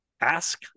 ask